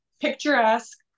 picturesque